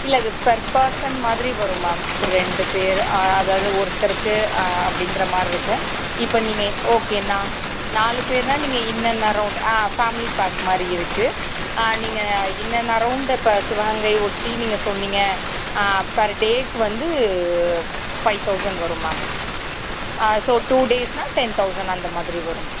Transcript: இல்லை அது per person மாதிரி வரும் மேம் ஒரு ரெண்டு பேர் அதாவது ஒருத்தருக்கு அப்படிங்கற மாதிரி இருக்கும் இப்போ நீங்கள் ஓகேண்ணா நாலு பேர்னால் நீங்கள் in and around ah family pack மாதிரி இருக்குது நீங்கள் இன் அன்டு அரவுண்டு இப்போ சிவகங்கை ஒட்டி நீங்கள் சொன்னீங்க பெர் டேக்கு வந்து ஃபைவ் தொளசண்ட் வரும் மேம் ஸோ டூ டேஸ்னால் டென் தொளசண்ட் அந்த மாதிரி வரும் மேம்